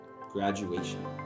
Graduation